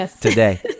today